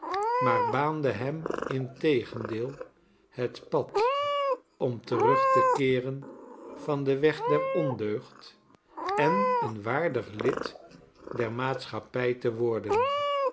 maar baande hem integendeel het pad om terug te keeren van den weg der ondeugd en een waardig lid dermaatschappi te worden